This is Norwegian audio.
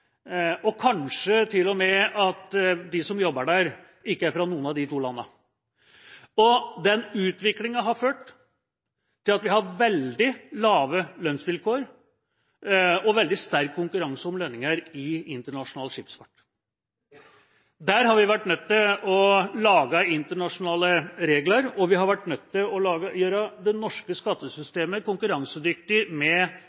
og kanskje er til og med de som jobber der, ikke fra noen av de to landene. Den utviklingen har ført til at vi har veldig lave lønnsvilkår og veldig sterk konkurranse om lønninger i internasjonal skipsfart. Der har vi vært nødt til å lage internasjonale regler, og vi har vært nødt til å gjøre det norske skattesystemet konkurransedyktig med